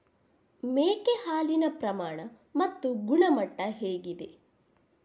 ಮೇಕೆ ಹಾಲಿನ ಪ್ರಮಾಣ ಮತ್ತು ಗುಣಮಟ್ಟ ಹೇಗಿದೆ?